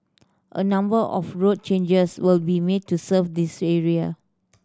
a number of road changes will be made to serve this area